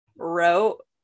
wrote